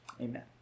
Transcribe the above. amen